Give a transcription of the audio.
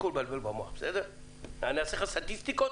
אני אעשה לך סטטיסטיקות?